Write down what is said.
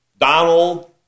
Donald